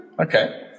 Okay